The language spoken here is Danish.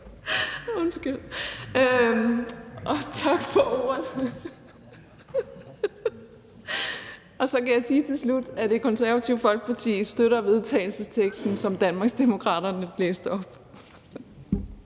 stiller spørgsmål. Så kan jeg sige til slut, at Det Konservative Folkeparti støtter vedtagelsesteksten, som Danmarksdemokraterne læste op.